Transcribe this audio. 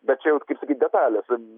bet čia jau kaip sakyt detalės